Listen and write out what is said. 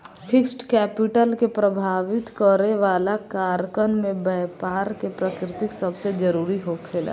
fixed capital के प्रभावित करे वाला कारकन में बैपार के प्रकृति सबसे जरूरी होखेला